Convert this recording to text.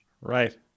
Right